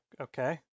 okay